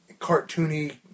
cartoony